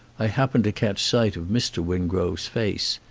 i happened to catch sight of mr. wingrove's face.